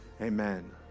Amen